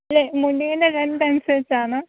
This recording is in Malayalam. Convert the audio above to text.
അല്ലേ മുടിയുടെ ലെങ്ങ്ത്ത് അനുസരിച്ചാണോ